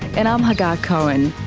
and i'm hagar cohen.